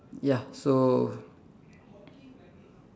ya so